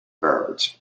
birds